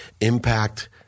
impact